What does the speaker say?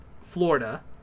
Florida